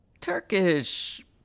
Turkish